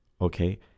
Okay